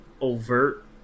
overt